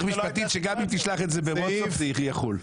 משפטית שגם אם תשלח את זה בוואטסאפ זה יחול.